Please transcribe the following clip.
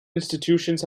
institutions